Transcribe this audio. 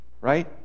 Right